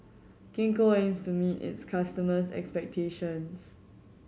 Gingko aims to meet its customers' expectations